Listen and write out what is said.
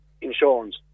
insurance